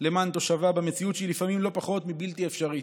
למען תושביו במציאות שהיא לפעמים לא פחות מבלתי אפשרית.